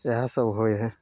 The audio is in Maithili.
वएह सब होइ हइ